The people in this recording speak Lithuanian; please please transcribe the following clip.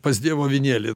pas dievo avinėlį